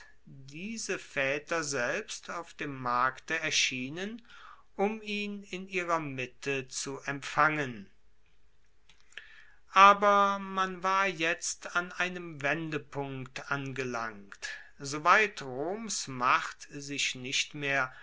diese vaeter selbst auf dem markte erschienen um ihn in ihrer mitte zu empfangen aber man war jetzt an einem wendepunkt angelangt soweit roms macht sich nicht mehr